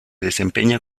desempeña